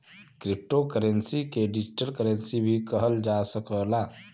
crypto currency के digital currency भी कहल जा सकला